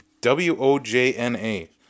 W-O-J-N-A